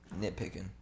Nitpicking